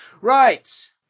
Right